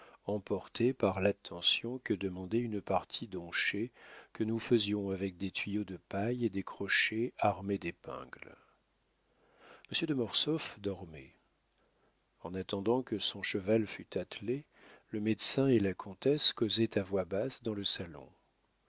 emportés par l'attention que demandait une partie d'onchets que nous faisions avec des tuyaux de paille et des crochets armés d'épingles monsieur de mortsauf dormait en attendant que son cheval fût attelé le médecin et la comtesse causaient à voix basse dans le salon